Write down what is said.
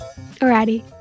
Alrighty